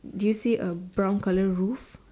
do you see a brown colour roof